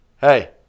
Hey